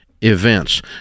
events